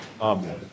Amen